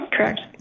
correct